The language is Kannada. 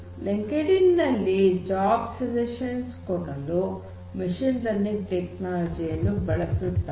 ಲಿಂಕೇಡಿಂ ನಲ್ಲಿ ಜಾಬ್ಸ್ ಸಜೆಶನ್ ಕೊಡಲು ಮಷೀನ್ ಲರ್ನಿಂಗ್ ಟೆಕ್ನಾಲಜಿ ಯನ್ನು ಬಳಸಲಾಗುತ್ತದೆ